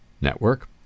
network